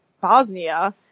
Bosnia